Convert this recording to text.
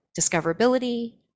discoverability